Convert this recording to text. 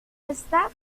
está